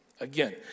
Again